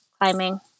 climbing